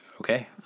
okay